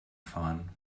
fahren